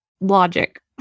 logic